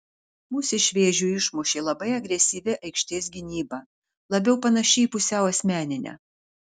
mus iš vėžių išmušė labai agresyvi aikštės gynyba labiau panaši į pusiau asmeninę